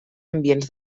ambients